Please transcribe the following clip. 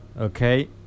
okay